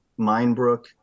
Minebrook